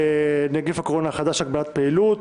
(נגיף הקורונה החדש הגבלת פעילות),